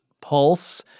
pulse